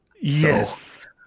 Yes